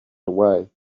away